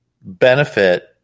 benefit